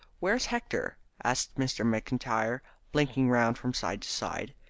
where's hector? asked mr. mcintyre, blinking round from side to side.